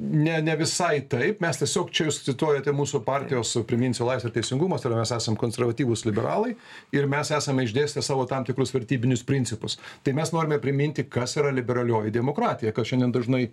ne ne visai taip mes tiesiog čia jūs cituojate mūsų partijos priminsiu laisvė ir teisingumas ir mes esam konservatyvūs liberalai ir mes esam išdėstę savo tam tikrus vertybinius principus tai mes norime priminti kas yra liberalioji demokratija kas šiandien dažnai